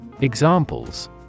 Examples